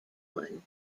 one